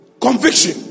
Conviction